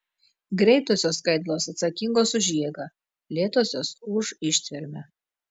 greitosios skaidulos atsakingos už jėgą lėtosios už ištvermę